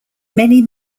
many